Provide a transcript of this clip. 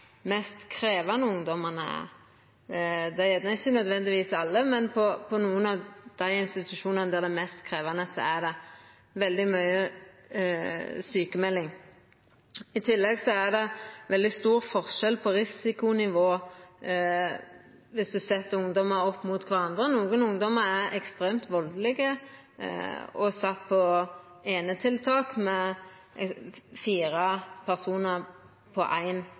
mest krevjande, er det veldig mye sjukemelding. I tillegg er det veldig stor forskjell på risikonivå viss ein set ungdomar opp mot kvarandre. Nokre ungdomar er ekstremt valdelege og vert sette på einetiltak, med fire personar på